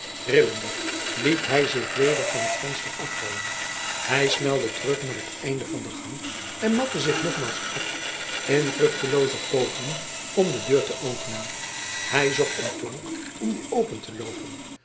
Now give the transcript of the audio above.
rillende liet hij zich weder van het venster afvallen hij snelde terug naar t einde van de gang en matte zich nogmaals af in vruchtelooze pogingen om de deur te openen hij zocht een plank om die open te loopen